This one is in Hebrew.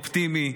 אופטימי.